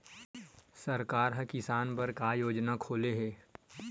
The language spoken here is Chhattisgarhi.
सरकार ह किसान बर का योजना खोले हे?